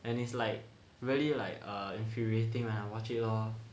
and it's like really like err infuriating when I watch it lor